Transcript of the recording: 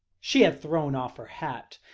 she had thrown off her hat,